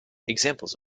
examples